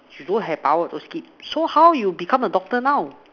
you don't have power as those kid so how you become a doctor now